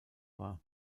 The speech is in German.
war